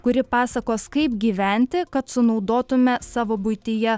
kuri pasakos kaip gyventi kad sunaudotume savo buityje